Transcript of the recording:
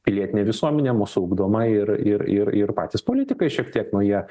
pilietinė visuomenė mūsų ugdoma ir ir ir ir patys politikai šiek tiek nu jie